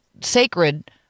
sacred